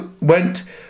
went